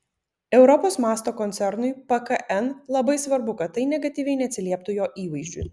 europos mąsto koncernui pkn labai svarbu kad tai negatyviai neatsilieptų jo įvaizdžiui